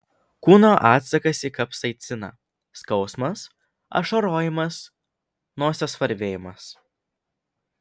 kūno atsakas į kapsaiciną skausmas ašarojimas nosies varvėjimas